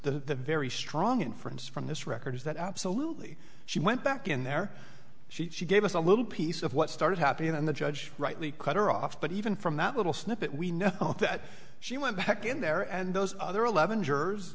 the very strong inference from this record is that absolutely she went back in there she gave us a little piece of what started happening and the judge rightly cut her off but even from that little snippet we know that she went back in there and those other eleven jurors